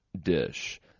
dish